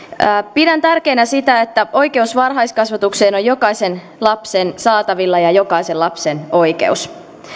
pidän tärkeänä sitä että oikeus varhaiskasvatukseen on jokaisen lapsen saatavilla ja jokaisen lapsen oikeus